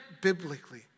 biblically